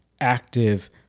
active